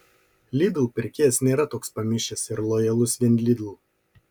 lidl pirkėjas nėra toks pamišęs ir lojalus vien lidl